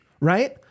Right